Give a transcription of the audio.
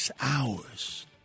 hours